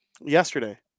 Yesterday